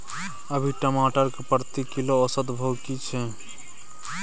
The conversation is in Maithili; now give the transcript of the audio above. अभी टमाटर के प्रति किलो औसत भाव की छै?